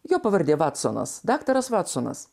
jo pavardė vatsonas daktaras vatsonas